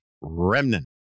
remnant